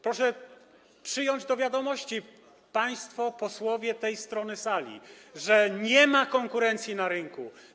Proszę przyjąć do wiadomości, państwo posłowie z tej strony sali, że nie ma konkurencji na rynku.